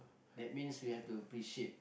that means we have to appreciate